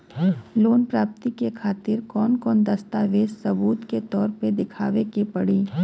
Loan प्राप्ति के खातिर कौन कौन दस्तावेज सबूत के तौर पर देखावे परी?